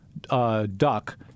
duck